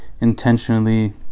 intentionally